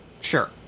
Sure